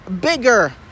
bigger